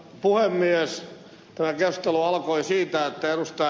tämä keskustelu alkoi siitä että ed